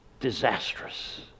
Disastrous